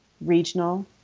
regional